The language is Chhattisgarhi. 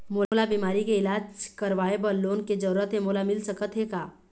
मोला बीमारी के इलाज करवाए बर लोन के जरूरत हे मोला मिल सकत हे का?